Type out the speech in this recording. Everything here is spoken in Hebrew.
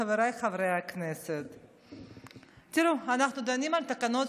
חבריי חברי הכנסת, תראו, אנחנו דנים על תקנות